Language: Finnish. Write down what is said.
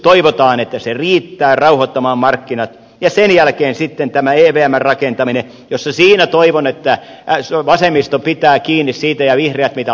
toivotaan että se riittää rauhoittamaan markkinat ja sen jälkeen alkaa sitten tämä evmn rakentaminen jossa toivon että vasemmisto ja vihreät pitävät kiinni siitä mitä ovat luvanneet